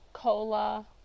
cola